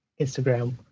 instagram